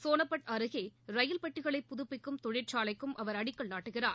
சோனாபட் அருகே ரயில்பெட்டிகளை புதுப்பிக்கும் தொழிற்சாலைக்கும் அவர் அடிக்கல் நாட்டுகிறார்